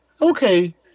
Okay